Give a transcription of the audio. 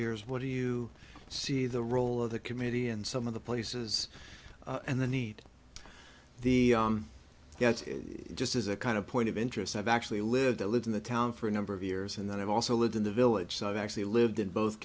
years what do you see the role of the community and some of the places and the need the get just as a kind of point of interest i've actually lived their lives in the town for a number of years and then i've also lived in the village so i've actually lived in both